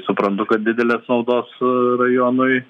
suprantu kad didelės naudos rajonui